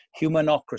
Humanocracy